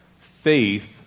faith